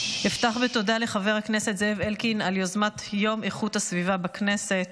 אפתח בתודה לחבר הכנסת זאב אלקין על יוזמת יום איכות הסביבה בכנסת.